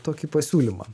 tokį pasiūlymą